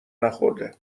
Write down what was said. نخورده